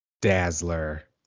Dazzler